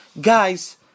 Guys